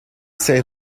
say